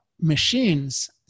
machines